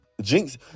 Jinx